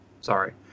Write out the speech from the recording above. Sorry